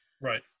right